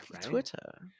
Twitter